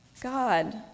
God